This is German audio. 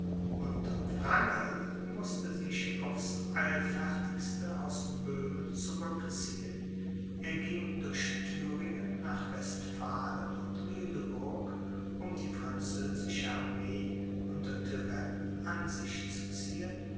und wrangel mußte sich aufs eilfertigste aus böhmen zurückziehen er ging durch thüringen nach westphalen und lüneburg um die französische armee unter turenne an sich zu ziehen